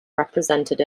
represented